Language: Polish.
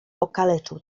okaleczył